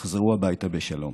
תחזרו הביתה בשלום.